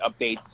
updates